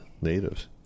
natives